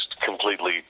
completely